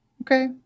okay